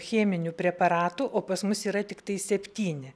cheminių preparatų o pas mus yra tiktai septyni